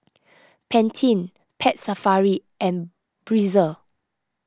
Pantene Pet Safari and Breezer